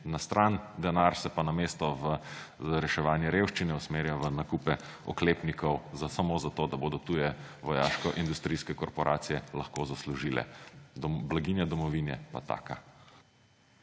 na stran, denar se pa namesto v reševanje revščine usmerja v nakupe oklepnikov samo zato, da bodo tuje vojaškoindustrijske korporacije lahko zaslužile. Blaginja domovine pa taka.